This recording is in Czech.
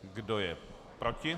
Kdo je proti?